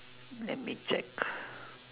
let me check